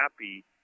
happy